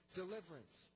deliverance